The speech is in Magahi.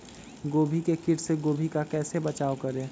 गोभी के किट से गोभी का कैसे बचाव करें?